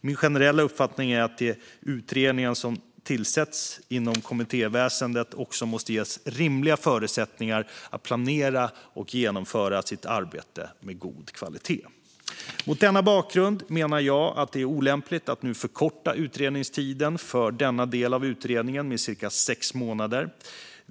Min generella uppfattning är att de utredningar som tillsätts inom kommittéväsendet också måste ges rimliga förutsättningar att planera och genomföra sitt arbete med god kvalitet. Mot denna bakgrund menar jag att det är olämpligt att nu förkorta utredningstiden för denna del av utredningen med cirka sex månader.